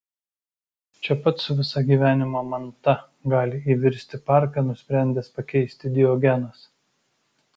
čia pat su visa gyvenimo manta gali įvirsti parką nusprendęs pakeisti diogenas